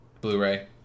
Blu-ray